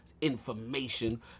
information